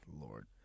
Lord